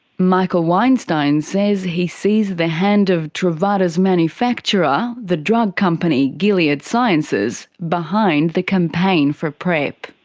michael weinstein says he sees the hand of truvada's manufacturer, the drug company gilead sciences, behind the campaign for prep.